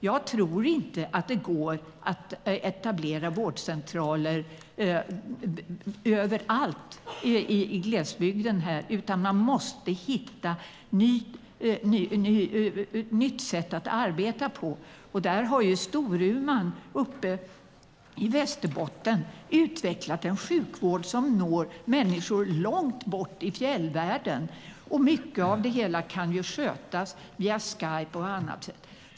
Jag tror inte att det går att etablera vårdcentraler överallt i glesbygden, utan man måste hitta ett nytt sätt att arbeta. Storuman uppe i Västerbotten har utvecklat en sjukvård som når människor långt bort i fjällvärlden. Mycket av det hela kan ju skötas via Skype och annat.